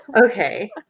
Okay